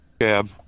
cab